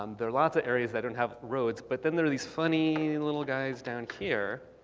um there are lots of areas that don't have roads. but then there are these funny little guys down here.